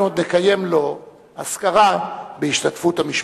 נקיים לו עוד אזכרה בהשתתפות המשפחה.